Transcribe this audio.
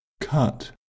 cut